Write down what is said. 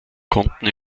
konnten